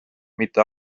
mitte